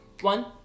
One